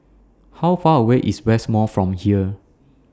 How Far away IS West Mall from here